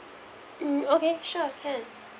mm okay sure can